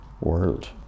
world